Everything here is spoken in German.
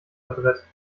adrett